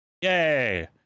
Yay